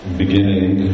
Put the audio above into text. beginning